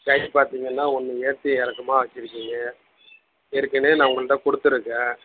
கை பார்த்தீங்கன்னா ஒன்று ஏற்ற இறக்கமா வெச்சுருக்கீங்க ஏற்கனவே நான் உங்கள்கிட்ட கொடுத்துருக்கேன்